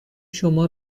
شما